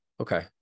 Okay